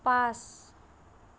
পাঁচ